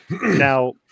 Now